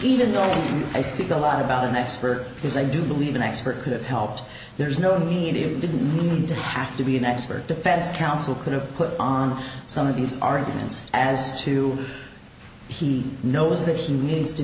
even though i stick a lot about an expert because i do believe an expert could have helped there's no immediate didn't need to have to be an expert defense counsel could have put on some of these arguments as to he knows that he needs to